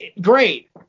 great